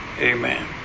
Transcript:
Amen